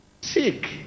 sick